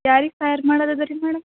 ಯಾರಿಗೆ ಫೈಯರ್ ಮಾಡೋದದಿರ್ರಿ ಮೇಡಮ್